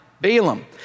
Balaam